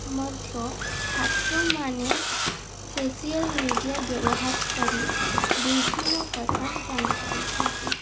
ମଧ୍ୟ ଛାତ୍ରମାନେ social media ବ୍ୟବହାର କରି ବିଭିନ୍ନ କଥା ଜାଣିପାରୁଛନ୍ତି